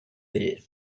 will